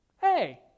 Hey